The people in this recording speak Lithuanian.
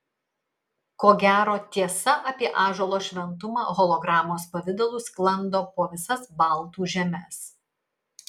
ko gero tiesa apie ąžuolo šventumą hologramos pavidalu sklando po visas baltų žemes